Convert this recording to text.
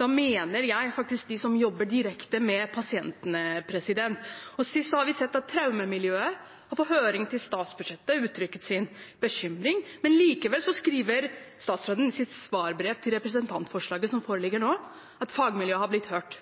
Da mener jeg faktisk dem som jobber direkte med pasientene. Vi har sett at traumemiljøet på høring til statsbudsjettet uttrykte sin bekymring, likevel skriver statsråden i sitt svarbrev til representantforslaget som foreligger nå, at fagmiljøet har blitt hørt.